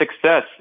success